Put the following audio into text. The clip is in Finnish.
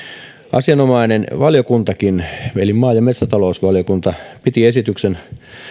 asianomainen valiokuntakin eli maa ja metsätalousvaliokunta piti esityksen